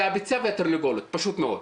זה הביצה והתרנגולת, פשוט מאוד.